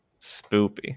spoopy